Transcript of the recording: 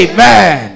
Amen